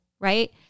Right